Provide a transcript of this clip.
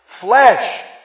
Flesh